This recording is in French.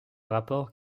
rapports